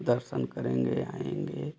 दर्शन करेंगे आएँगे